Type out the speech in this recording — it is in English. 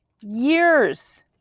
years